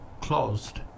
closed